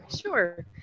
sure